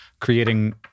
creating